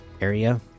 Area